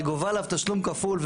היא גובה עליו תשלום כפול.